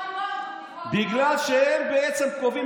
בגלל שהם בעצם קובעים,